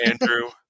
andrew